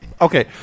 Okay